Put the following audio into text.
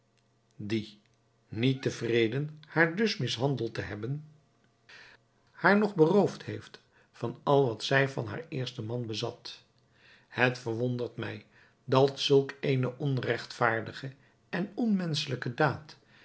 die niet tevreden haar dus mishandeld te hebben haar nog beroofd heeft van al wat zij van haar eersten man bezat het verwondert mij dat zulk eene onregtvaardige en onmenschelijke daad